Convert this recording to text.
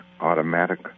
automatic